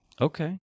Okay